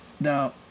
Now